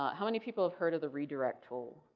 how many people have heard of the redirect tool?